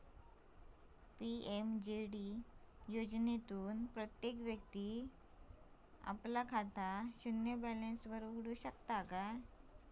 PMJD योजनेतना प्रत्येक व्यक्ती आपला खाता शून्य बॅलेंस वर उघडु शकता